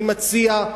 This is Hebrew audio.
אני מציע,